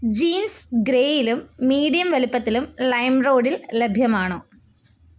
jeans ഗ്രേയിലും medium വലുപ്പത്തിലും ലൈയിം റോഡിൽ ലഭ്യമാണോ